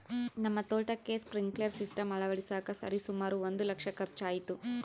ನಮ್ಮ ತೋಟಕ್ಕೆ sprinkler system ಅಳವಡಿಸಕ ಸರಿಸುಮಾರು ಒಂದು ಲಕ್ಷ ಖರ್ಚಾಯಿತು